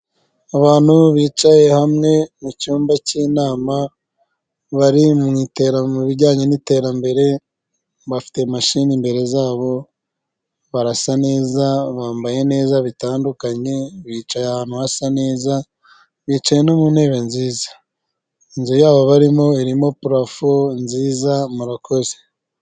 Abantu bicaye hamwe mu cyumba cy'inama bari mu mu bijyanye n'iterambere bafite mashini imbere zabo, barasa neza, bambaye neza bitandukanye bicaye ahantu hasa neza, bicaye no mu ntebe nziza, inzu yabo barimo irimo purafo nziza murakoze.